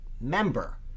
member